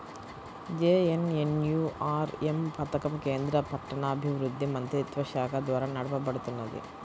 JNNURM పథకం కేంద్ర పట్టణాభివృద్ధి మంత్రిత్వశాఖ ద్వారా నడపబడుతున్నది